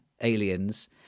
Aliens